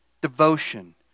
devotion